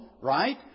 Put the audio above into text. right